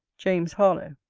james harlowe.